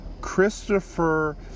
Christopher